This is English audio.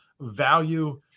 value